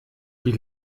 wie